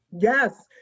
Yes